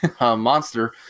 monster